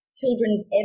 children's